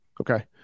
okay